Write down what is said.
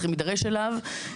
צריכים להידרש אליו.